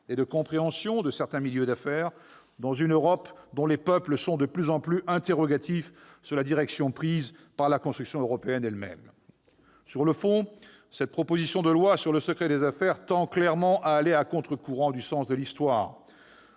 et de compréhension de certains milieux d'affaires, dans une Europe dont les peuples s'interrogent de plus en plus sur la direction prise par la construction européenne elle-même. Sur le fond, cette proposition de loi sur le secret des affaires tend clairement à aller à contre-courant du sens de l'histoire.